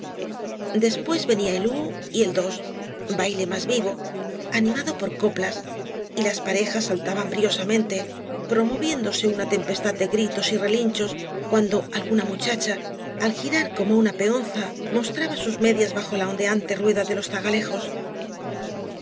después venía e ú y el dos baile más vivo animado por coplas y las parejas saltaban briosamente promoviéndose una tempestad de gritos y relinchos cuando alguna muchacha al girar como una peonza mostraba sus medias bajo la ondeante rueda de los